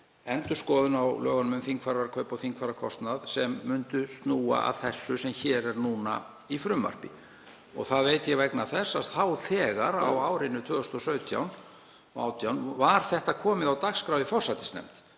endurskoðun á lögunum um þingfararkaup og þingfararkostnað sem myndi snúa að því sem nú er hér í frumvarpi. Það veit ég vegna þess að þá þegar, á árunum 2017 og 2018, var þetta komið á dagskrá í forsætisnefnd.